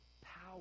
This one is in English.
power